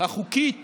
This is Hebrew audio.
החוקית